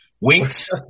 Winks